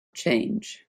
change